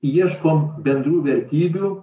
ieškom bendrų vertybių